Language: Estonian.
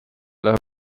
lähe